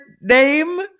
name